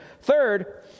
Third